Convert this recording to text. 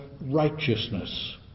righteousness